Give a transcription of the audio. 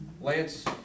Lance